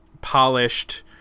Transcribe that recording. polished